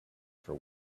for